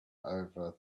over